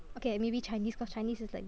okay maybe Chinese because Chinese is like